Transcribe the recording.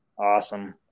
Awesome